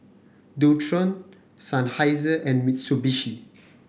Dualtron Seinheiser and Mitsubishi